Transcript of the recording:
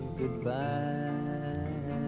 goodbye